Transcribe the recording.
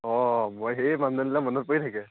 অঁ মই সেই মানুহজনীলৈ মনত পৰি থাকে